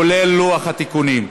כולל לוח התיקונים,